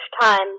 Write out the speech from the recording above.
time